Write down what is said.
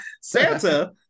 Santa